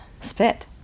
Spit